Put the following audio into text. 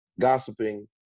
Gossiping